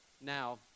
Now